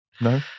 No